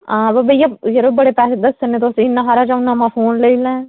हां वो भैया यरो बड़े पैहे दस्से न तुसें इन्ने हारा ने नमां फोन लेई लै